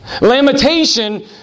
Lamentation